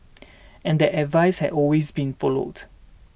and that advice has always been followed